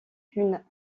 d’une